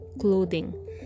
clothing